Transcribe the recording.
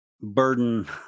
burden